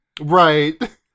Right